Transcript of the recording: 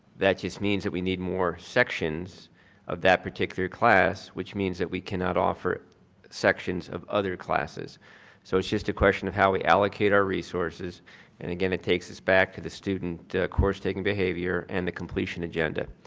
that just means that we need more sections of that particular class which means that we cannot offer sections of other classes so it's just a question of how we allocate our resources and again, it takes us back to the student course taking behavior and the completion agenda.